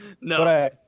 No